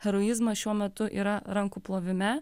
heroizmas šiuo metu yra rankų plovime